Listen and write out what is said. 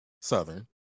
Southern